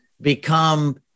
become